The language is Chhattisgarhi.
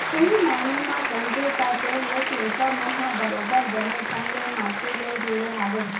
सही मायने म कहिबे त तोर लोग लइका मन ह बरोबर बने ढंग ले माटी ले जुड़े हवय